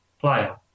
player